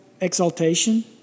exaltation